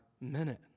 minute